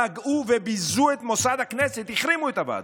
פגעו וביזו את מוסד הכנסת, החרימו את הוועדות.